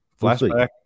Flashback